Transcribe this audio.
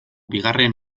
bigarren